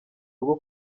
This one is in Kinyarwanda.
rwo